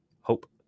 Hope